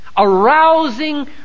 arousing